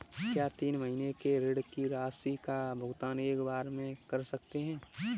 क्या तीन महीने के ऋण की राशि का भुगतान एक बार में कर सकते हैं?